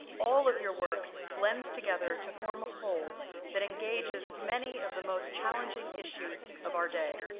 all of your work blends together to form a whole that engages many of the most challenging issues of our day.